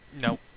No